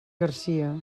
garcia